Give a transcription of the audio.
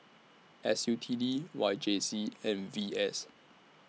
S U T D Y J C and V S